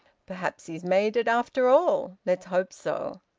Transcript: perhaps he's made it, after all. let's hope so.